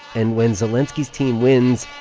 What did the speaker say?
and when zelenskiy's team wins.